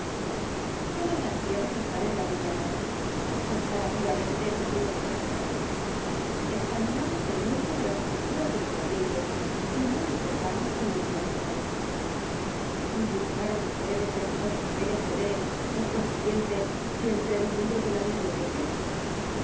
todas las tierras están enladrilladas comparativamente nos dieron poco trabajo examinamos el musgo de las junturas de los ladrillos y no encontramos que lo hubieran tocado buscaron vds entre los papeles de d por consiguiente y entre los libros de la biblioteca